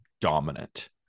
dominant